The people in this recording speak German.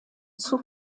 zur